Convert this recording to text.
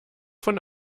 von